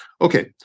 okay